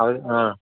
അത് ആ